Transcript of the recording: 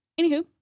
Anywho